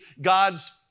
God's